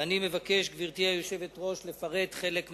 ואני מבקש, גברתי היושבת-ראש, לפרט חלק מהנושאים.